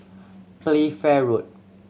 Playfair Road